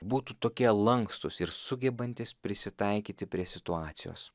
būtų tokie lankstūs ir sugebantys prisitaikyti prie situacijos